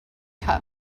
cup